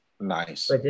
Nice